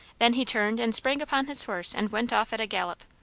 then he turned and sprang upon his horse and went off at a gallop.